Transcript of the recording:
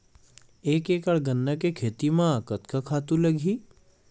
एक एकड़ गन्ना के खेती म कतका खातु लगही?